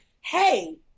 hey